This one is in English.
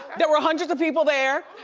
there were hundreds of people there,